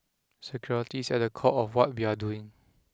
security is at the core of what we are doing